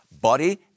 body